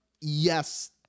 yes